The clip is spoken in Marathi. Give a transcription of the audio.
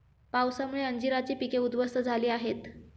पावसामुळे अंजीराची पिके उध्वस्त झाली आहेत